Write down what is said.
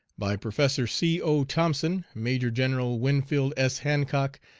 by professor c. o. thompson, major-general winfield s. hancock,